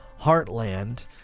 Heartland